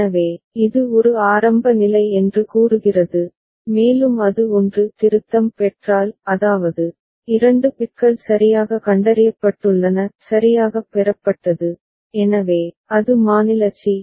எனவே இது ஒரு ஆரம்ப நிலை என்று கூறுகிறது மேலும் அது 1 திருத்தம் பெற்றால் அதாவது இரண்டு பிட்கள் சரியாக கண்டறியப்பட்டுள்ளன சரியாகப் பெறப்பட்டது எனவே அது மாநில சி